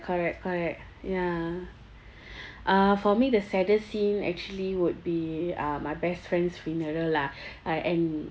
correct correct ya uh for me the saddest scene actually would be uh my best friend's funeral lah I am